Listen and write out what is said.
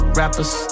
rappers